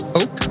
oak